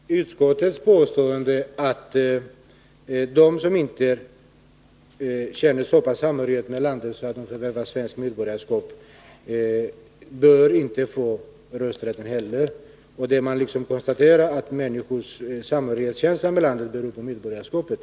Herr talman! Utskottet påstår att de som inte känner så pass stor samhörighet med landet att de förvärvar svenskt medborgarskap inte heller bör få rösträtt i riksdagsval. Man konstaterar alltså att människors känsla av samhörighet med landet beror på medborgarskapet.